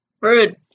Rude